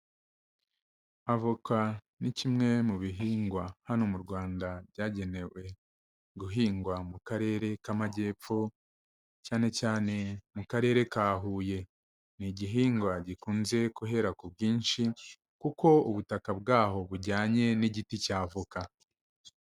Avoka ni kimwe mu bihingwa hano mu Rwanda byagenewe guhingwa mu karere k'amajyepfo, cyane cyane mu Karere ka Huye. Ni igihingwa gikunze kuhera ku bwinshi, kuko ubutaka bwaho bujyanye n'igiti cy'avoka.